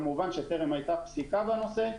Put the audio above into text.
כמובן שטרם היתה פסיקה בנושא.